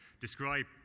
describe